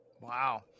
Wow